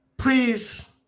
Please